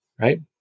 Right